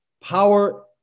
Power